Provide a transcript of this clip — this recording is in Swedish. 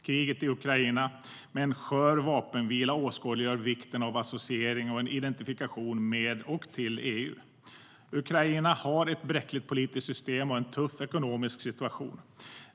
Kriget i Ukraina, med en skör vapenvila, åskådliggör vikten av associering och identifikation med och till EU. Ukraina har ett bräckligt politiskt system och en tuff ekonomisk situation.